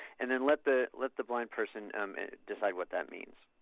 and and let the let the blind person decide what that means.